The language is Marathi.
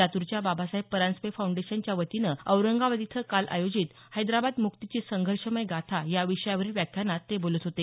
लातूरच्या बाबासाहेब परांजपे फाऊंडेशन च्या वतीनं औरंगाबाद इथं काल आयोजित हैदराबाद मुक्तीची संघर्षमय गाथा या विषयावरील व्याख्यानात ते बोलत होते